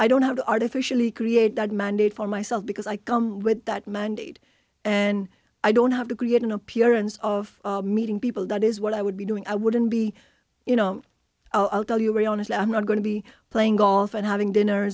i don't have to artificially create that mandate for myself because i come with that mandate and i don't have to create an appearance of meeting people that is what i would be doing i wouldn't be you know i'll tell you very honestly i'm not going to be playing golf and having dinner